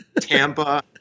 Tampa